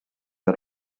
are